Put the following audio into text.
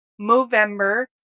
Movember